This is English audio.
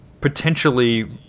potentially